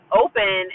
open